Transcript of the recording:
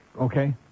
Okay